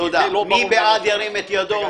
מי בעד ירים את ידו.